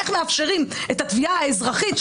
איך מאפשרים את התביעה האזרחית,